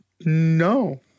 no